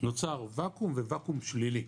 נוצר ואקום וואקום שלילי.